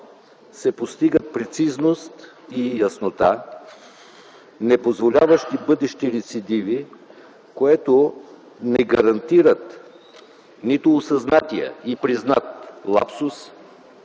се постигат прецизност и яснота, непозволяващи бъдещи рецидиви, които не гарантират нито осъзнатия и признат лапсус,